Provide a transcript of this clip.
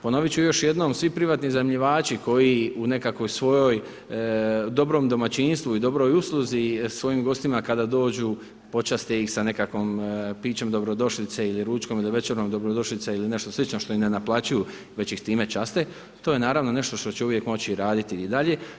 Ponoviti ću još jednom, svi privatni iznajmljivači koji u nekakvoj svojoj, dobrom domaćinstvu i dobroj usluzi svojim gostima kada dođu počaste ih sa nekakvim pićem dobrodošlice ili ručkom ili večerom dobrodošlice ili nešto slično što im ne naplaćuju već ih s time časte, to je naravno nešto što će uvijek moći raditi i dalje.